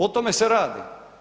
O tome se radi.